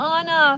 Anna